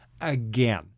Again